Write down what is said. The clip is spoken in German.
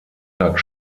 tag